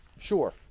Sure